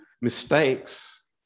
mistakes